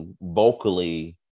vocally